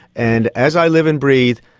and as i live and breathe,